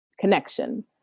connection